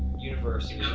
university. yeah